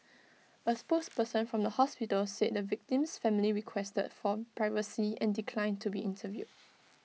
A spokesperson from the hospital said the victim's family requested for privacy and declined to be interviewed